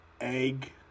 egg